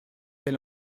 elle